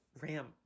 Ram